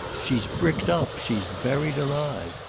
she's bricked up, she's buried alive!